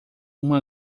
uma